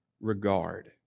regard